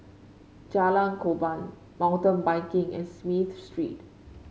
Jalan Korban Mountain Biking and Smith Street